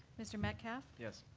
mr. metcalf? yes.